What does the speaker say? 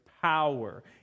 power